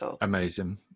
amazing